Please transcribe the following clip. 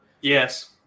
Yes